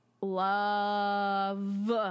love